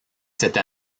cette